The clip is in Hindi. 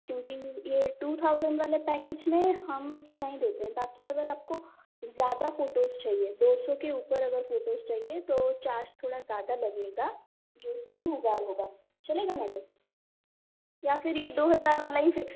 क्योंकि ये टू थाउजेंड वाले पैकेज में हम इतना ही देते हैं बाकी अगर आपको ज़्यादा फोटोज चाहिए दो सौ के ऊपर अगर फोटोस चाहिए तो चार्ज थोड़ा ज़्यादा लगेगा जो तीन हजार होगा चलेगा मैडम या फिर ये दो हजार वाला ही फिक्स